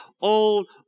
old